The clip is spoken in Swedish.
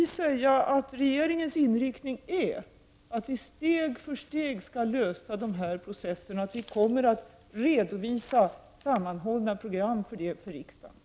Regeringens inriktning är att vi steg för steg skall lösa dessa processer. Vi kommer att redovisa sammanhållna program för det för riksdagen.